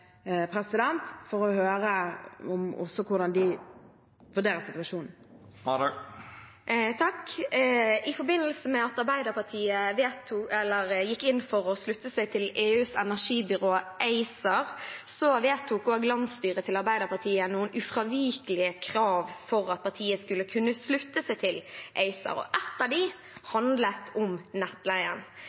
for å høre hvordan de vurderer situasjonen. I forbindelse med at Arbeiderpartiet gikk inn for å slutte seg til EUs energibyrå ACER, vedtok landsstyret til Arbeiderpartiet også noen ufravikelige krav for at partiet skulle kunne slutte seg til ACER. Ett av dem handlet om nettleien.